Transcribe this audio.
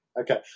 Okay